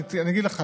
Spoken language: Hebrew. אני אגיד לך,